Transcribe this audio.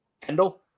Kendall